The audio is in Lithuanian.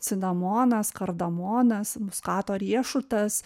cinamonas kardamonas muskato riešutas